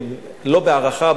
לא בהערכה,